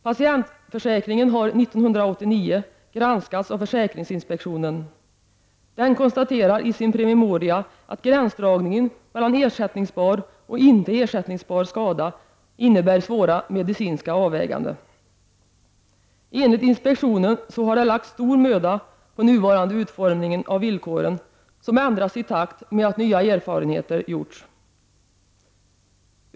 Patientförsäkringen granskades 1989 av försäkringsinspektionen. Denna konstaterar i en promemoria att gränsdragningen mellan ersättningsbar och inte ersättningsbar skada innebär svåra medicinska avväganden. Enligt försäkringsinspektionen har stora möda lagts ned på den nuvarande utformningen av villkoren, som har ändrats i takt med att nya erfarenheter gjorts.